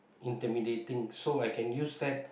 intimidating so I can use that